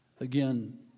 Again